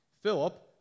Philip